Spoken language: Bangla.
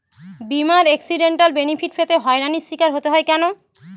বিমার এক্সিডেন্টাল বেনিফিট পেতে হয়রানির স্বীকার হতে হয় কেন?